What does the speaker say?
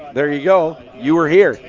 there you go, you were here.